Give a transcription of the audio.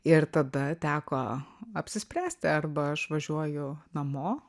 ir tada teko apsispręsti arba aš važiuoju namo